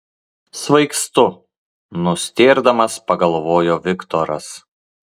svaigstu nustėrdamas pagalvojo viktoras